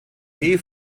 nähe